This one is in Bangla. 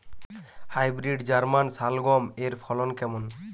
হাইব্রিড জার্মান শালগম এর ফলন কেমন?